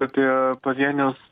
apie pavienius